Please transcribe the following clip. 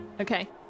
Okay